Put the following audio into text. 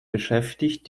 beschäftigt